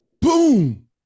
boom